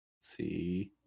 See